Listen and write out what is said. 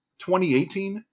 2018